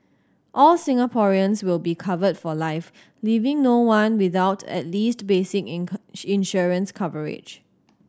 all Singaporeans will be covered for life leaving no one without at least basic insurance coverage